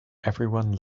everyone